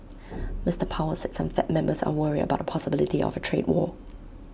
Mister powell said some fed members are worried about the possibility of A trade war